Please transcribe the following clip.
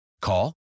Call